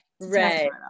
Right